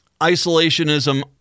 isolationism